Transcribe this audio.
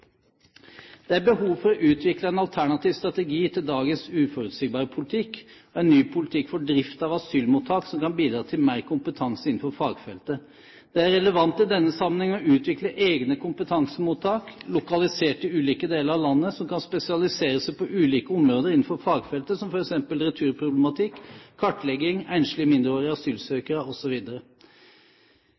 Det er behov for å utvikle en alternativ strategi til dagens utforutsigbare politikk og en ny politikk for drift av asylmottak som kan bidra til mer kompetanse innenfor fagfeltet. Det er relevant i denne sammenheng å utvikle egne kompetansemottak, lokalisert i ulike deler av landet, som kan spesialisere seg på ulike områder innenfor fagfeltet, som f.eks. returproblematikk, kartlegging, enslige mindreårige asylsøkere